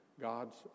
God's